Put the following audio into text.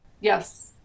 Yes